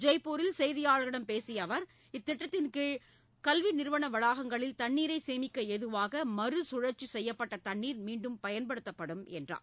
ஜெய்ப்பூரில் செய்தியாளர்களிடம் பேசிய அவர் இத்திட்டத்தின் கீழ் கல்வி நிறுவன வளாகங்களில் தண்ணீரை சேமிக்க ஏதுவாக மறுகழற்சி செய்யப்பட்ட தண்ணீர் மீண்டும் பயன்படுத்தப்படும் என்றார்